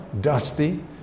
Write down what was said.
dusty